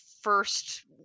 first